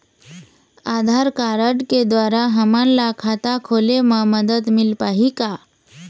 आधार card के द्वारा हमन ला खाता खोले म मदद मिल पाही का?